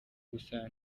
gusa